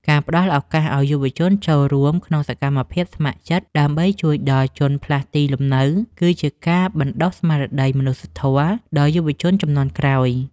ការផ្តល់ឱកាសឱ្យយុវជនចូលរួមក្នុងសកម្មភាពស្ម័គ្រចិត្តដើម្បីជួយដល់ជនផ្លាស់ទីលំនៅ គឺជាការបណ្តុះស្មារតីមនុស្សធម៌ដល់យុវជនជំនាន់ក្រោយ។